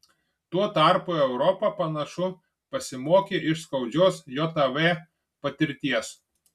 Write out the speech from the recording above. tuo tarpu europa panašu pasimokė iš skaudžios jav patirties